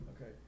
okay